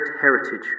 heritage